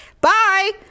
bye